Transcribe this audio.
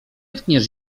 tkniesz